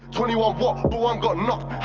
twenty one what? but one got knocked, ha,